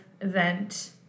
event